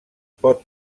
pot